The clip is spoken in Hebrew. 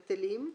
בטלים.